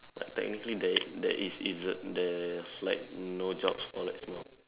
ya technically there there is isn't there's like no jobs for like small